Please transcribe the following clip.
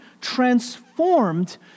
transformed